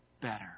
better